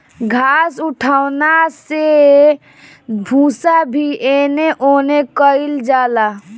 घास उठौना से भूसा भी एने ओने कइल जाला